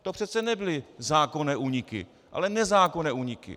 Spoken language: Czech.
To přece nebyly zákonné úniky, ale nezákonné úniky.